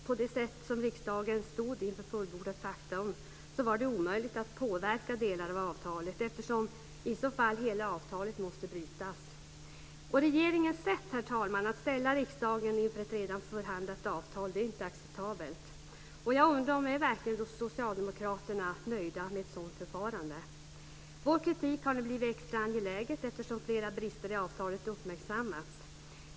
På det sätt som riksdagen stod inför fullbordat faktum var det omöjligt att påverka delar av avtalet eftersom hela avtalet i så fall måste brytas. Regeringens sätt, herr talman, att ställa riksdagen inför ett redan förhandlat avtal är inte acceptabelt. Jag undrar: Är Socialdemokraterna verkligen nöjda med ett sådant förfarande? Vår kritik har nu blivit extra angelägen eftersom flera brister i avtalet uppmärksammats.